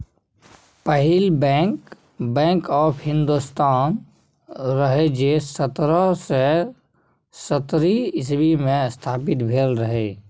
पहिल bank, bank of Hindostan रहय जे सतरह सय सत्तरि इस्बी मे स्थापित भेल रहय